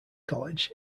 college